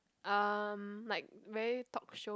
um like very talk show